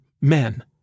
men